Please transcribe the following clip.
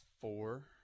four